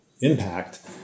impact